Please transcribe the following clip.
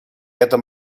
это